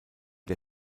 der